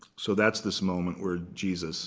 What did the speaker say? so that's this moment where jesus